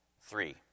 Three